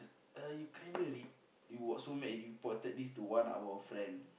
uh you kinda rep~ you got so mad you reported this to one of our friend